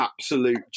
absolute